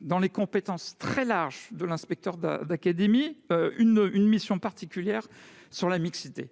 dans les compétences très larges de l'inspecteur d'académie une mission particulière sur la mixité.